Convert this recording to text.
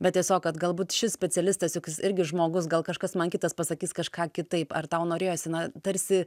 bet tiesiog kad galbūt šis specialistas juk irgi žmogus gal kažkas man kitas pasakys kažką kitaip ar tau norėjosi na tarsi